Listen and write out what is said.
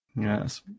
Yes